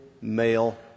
male